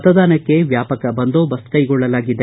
ಮತದಾನಕ್ಕೆ ವ್ಯಾಪಕ ಬಂದೋಬಸ್ತ್ ಕೈಗೊಳ್ಳಲಾಗಿದೆ